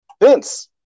Vince